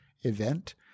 event